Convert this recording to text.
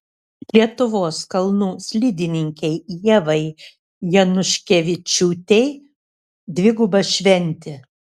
lietuvos kalnų slidininkei ievai januškevičiūtei dviguba šventė